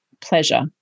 pleasure